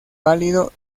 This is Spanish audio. pálido